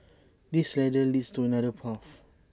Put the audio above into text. this ladder leads to another path